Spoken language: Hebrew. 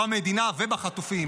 במדינה ובחטופים,